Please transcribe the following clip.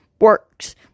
works